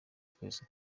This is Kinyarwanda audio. twese